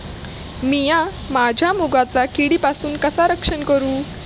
मीया माझ्या मुगाचा किडीपासून कसा रक्षण करू?